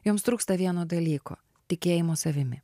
joms trūksta vieno dalyko tikėjimo savimi